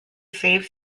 save